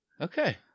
Okay